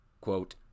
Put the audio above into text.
quote